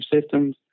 systems